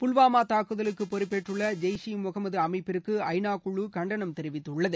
புல்வாமா தாக்குதலுக்கு பொறுப்பேற்றுள்ள ஜெயிஸ் ஈ முகமது அமைப்பிற்கு ஐநா குழு கண்டனம் தெரிவித்துள்ளது